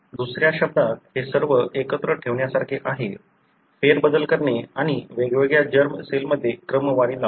दुसऱ्या शब्दांत हे सर्व एकत्र ठेवण्यासारखे आहे फेरबदल करणे आणि वेगवेगळ्या जर्म सेलमध्ये क्रमवारी लावणे